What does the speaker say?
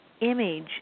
image